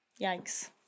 yikes